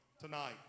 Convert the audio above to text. tonight